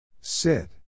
Sit